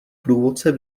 průvodce